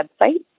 website